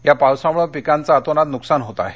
या पावसामुळे पिकांचं अतोनात नुकसान होत आहे